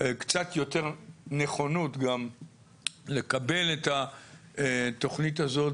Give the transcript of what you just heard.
קצת יותר נכונות גם לקבל את התוכנית הזאת,